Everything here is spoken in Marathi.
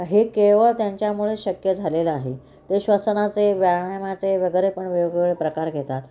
हे केवळ त्यांच्यामुळे शक्य झालेलं आहे ते श्वसनाचे व्यायामाचे वगैरे पण वेगवेगळे प्रकार घेतात